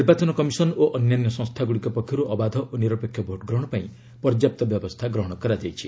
ନିର୍ବାଚନ କମିଶନ ଓ ଅନ୍ୟାନ୍ୟ ସଂସ୍ଥାଗୁଡ଼ିକ ପକ୍ଷରୁ ଅବାଧ ଓ ନିରପେକ୍ଷ ଭୋଟ୍ ଗ୍ରହଣ ପାଇଁ ପର୍ଯ୍ୟାପ୍ତ ବ୍ୟବସ୍ଥା ଗ୍ରହଣ କରାଯାଇଛି